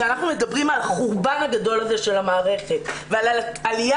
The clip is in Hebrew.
כשאנחנו מדברים על החורבן הגדול הזה של המערכת ועל העלייה